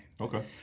Okay